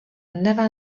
never